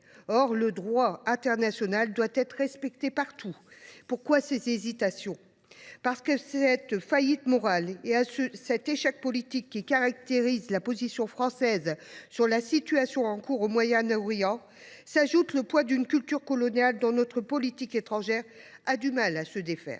Or le droit international doit être respecté partout. Pourquoi ces hésitations ? Parce que, à cette faillite morale et à cet échec politique qui caractérisent la position française sur la situation au Moyen Orient, s’ajoute le poids d’une culture coloniale dont notre politique étrangère a du mal à se défaire.